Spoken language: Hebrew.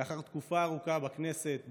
לאחר תקופה ארוכה בכנסת,